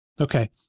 Okay